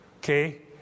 Okay